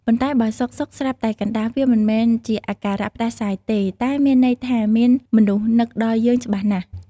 ប៉ុន្តែ បើសុខៗស្រាប់តែកណ្ដាស់ វាមិនមែនជាអាការៈផ្តាសាយទេ តែមានន័យថា មានមនុស្សនឹកដល់យើងច្បាស់ណាស់។